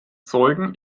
zeugen